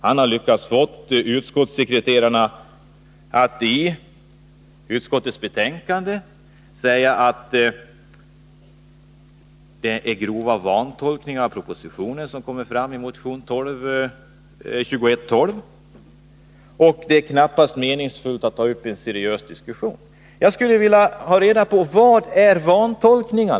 Han har lyckats få utskottssekreterarna att i betänkandet skriva att det är grova vantolkningar av propositionen som kommer fram i motion 2112 och att det knappast är meningsfullt att ta upp en seriös diskussion. Jag skulle vilja ha reda på vad som är vantolkningar.